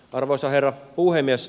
arvoisa herra puhemies